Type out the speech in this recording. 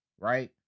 right